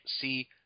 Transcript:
see